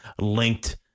linked